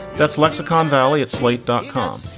that's lexicon valley at slate dot com.